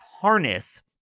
harness